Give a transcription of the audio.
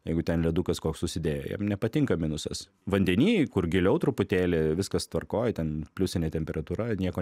jeigu ten ledukas koks susidėjo jiem nepatinka minusas vandeny kur giliau truputėlį viskas tvarkoj ten pliusinė temperatūra nieko